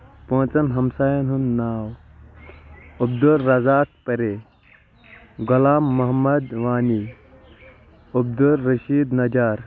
پانٛژن ہمساین ہُنٛد ناو عبدالرزاق پرے غلام محمد وانی عبدالرشید نجار